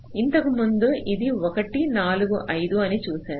ఇంతకు ముందు ఇది 1 4 5 అని చూశారు